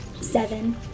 Seven